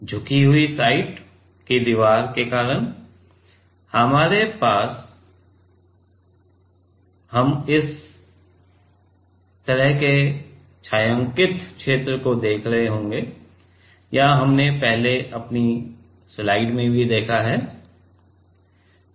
झुकी हुई साइड की दीवार के कारण हमारे पास होगा हम इस तरह के छायांकित क्षेत्र को देख रहे होंगे या क्या हमने पहले अपनी स्लाइड्स में देखा है